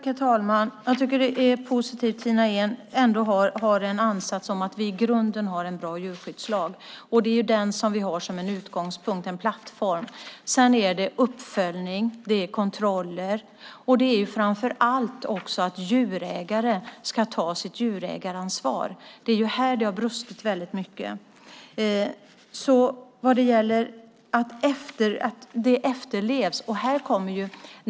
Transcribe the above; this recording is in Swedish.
Herr talman! Jag tycker att det är positivt att Tina Ehn ändå har ansatsen att vi i grunden har en bra djurskyddslag, och det är den som vi har som en utgångspunkt, en plattform. Sedan behövs uppföljning och kontroller, och framför allt ska djurägare ta sitt djurägaransvar. Det är här det har brustit väldigt mycket.